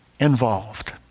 involved